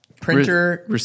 printer